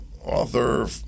author